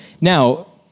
Now